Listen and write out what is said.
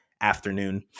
afternoon